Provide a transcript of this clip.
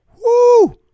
Woo